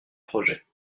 projets